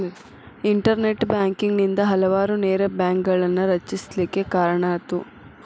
internet banking ನಿಂದಾ ಹಲವಾರು ನೇರ ಬ್ಯಾಂಕ್ಗಳನ್ನ ರಚಿಸ್ಲಿಕ್ಕೆ ಕಾರಣಾತು